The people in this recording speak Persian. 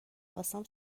خواستم